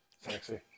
sexy